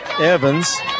Evans